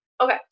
Okay